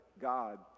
God